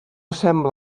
sembla